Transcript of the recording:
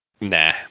Nah